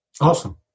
Awesome